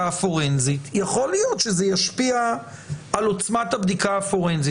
הפורנזית יכול להיות שזה ישפיע על עוצמת הבדיקה הפורנזית.